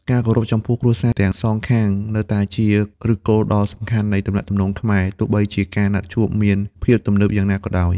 ការគោរពចំពោះគ្រួសារទាំងសងខាង នៅតែជាឫសគល់ដ៏សំខាន់នៃទំនាក់ទំនងខ្មែរ ទោះបីជាការណាត់ជួបមានភាពទំនើបយ៉ាងណាក៏ដោយ។